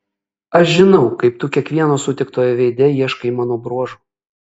aš žinau kaip tu kiekvieno sutiktojo veide ieškai mano bruožų